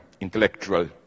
intellectual